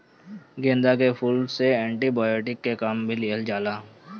गेंदा के फूल से एंटी बायोटिक के काम लिहल जाला